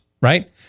right